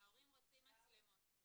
ההורים רוצים מצלמות.